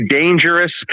dangerous